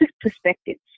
perspectives